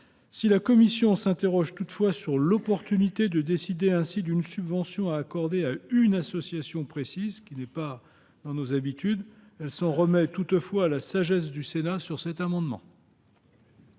Si la commission s’interroge sur l’opportunité de décider d’une subvention à accorder à une association précise, ce qui n’est pas dans nos habitudes, elle s’en remet toutefois à la sagesse du Sénat sur cet amendement.